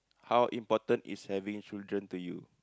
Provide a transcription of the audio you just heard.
how important is having children to you